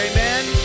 Amen